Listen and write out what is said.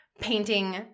painting